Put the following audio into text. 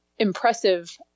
impressive